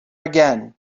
again